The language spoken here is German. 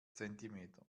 zentimeter